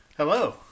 Hello